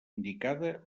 indicada